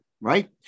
right